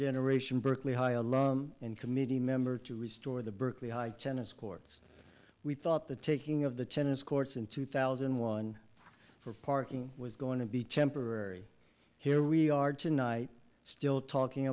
generation berkeley high alert and committee member to restore the berkeley high tennis courts we thought the taking of the tennis courts in two thousand and one for parking was going to be temporary here we are tonight still talking